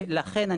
לכן,